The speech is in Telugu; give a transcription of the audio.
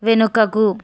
వెనుకకు